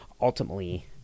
ultimately